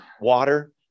water